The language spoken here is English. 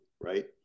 right